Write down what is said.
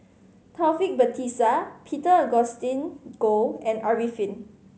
Taufik Batisah Peter Augustine Goh and Arifin